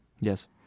Yes